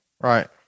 Right